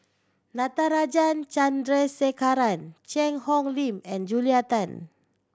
Natarajan Chandrasekaran Cheang Hong Lim and Julia Tan